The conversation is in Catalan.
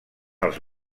els